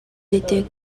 été